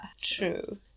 true